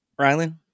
Rylan